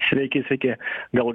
sveiki sveiki gal